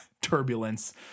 turbulence